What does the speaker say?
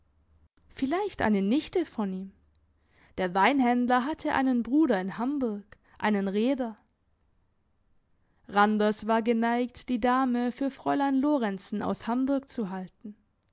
vielleicht eine nichte von ihm der weinhändler hatte einen bruder in hamburg einen reeder randers war geneigt die dame für fräulein lorenzen aus hamburg zu halten